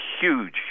huge